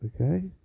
Okay